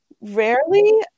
rarely